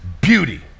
beauty